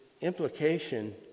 implication